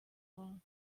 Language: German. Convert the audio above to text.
war